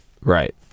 Right